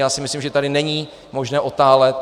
Já si myslím, že tady není možné otálet.